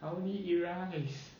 I only eat rice